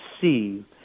see